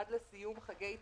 עד לסיום חגי תשרי.